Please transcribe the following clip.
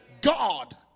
God